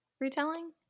retelling